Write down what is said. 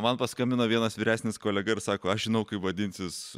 man paskambino vienas vyresnis kolega ir sako aš žinau kaip vadinsis